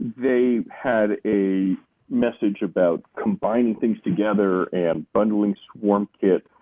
they had a message about combining things together and bundling swarm kits,